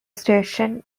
station